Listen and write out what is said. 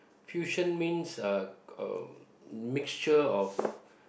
fusion means uh uh mixture of